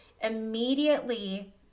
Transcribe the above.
Immediately